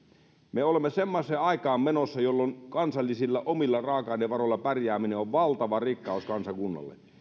me olemme semmoiseen aikaan menossa jolloin kansallisilla omilla raaka ainevaroilla pärjääminen on valtava rikkaus kansakunnalle mutta